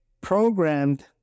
programmed